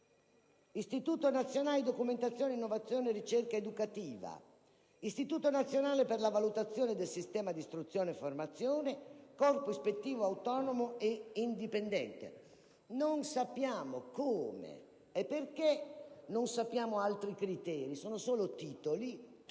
dell'Istituto nazionale per la valutazione del sistema di istruzione e formazione e di un corpo ispettivo autonomo e indipendente. Non sappiamo come e perché, non sappiamo altri criteri: sono solo titoli. Tutta